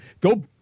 go